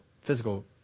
physical